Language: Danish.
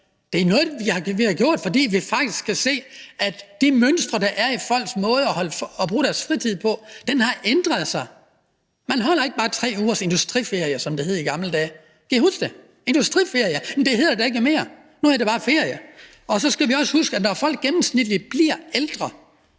Det er noget, vi har gjort, fordi vi faktisk kan se, at de mønstre, der er i folks måde at bruge deres fritid på, har ændret sig. Man holder ikke bare 3 ugers industriferie, som det hed i gamle dage. Kan I huske det? Det hed industriferie, men det hedder det da ikke mere; nu hedder det bare ferie. Så skal vi også huske, at når folk i gennemsnit bliver ældre